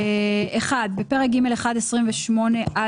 הסתייגות מספר 1. בפרק ג'1 סעיף 28א,